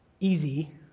easy